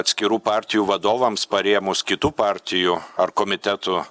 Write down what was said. atskirų partijų vadovams parėmus kitų partijų ar komitetų